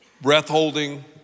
breath-holding